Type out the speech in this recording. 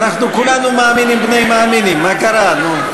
אנחנו כולנו מאמינים בני מאמינים, מה קרה, נו?